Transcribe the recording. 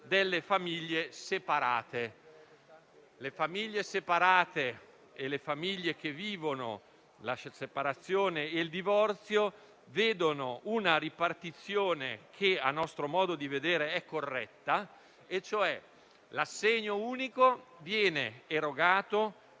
delle famiglie separate. Queste ultime e quelle che vivono la separazione e il divorzio vedono una ripartizione che, a nostro modo di vedere, è corretta e cioè: l'assegno unico viene erogato